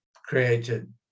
created